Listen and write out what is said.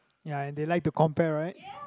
ya and they like to compare right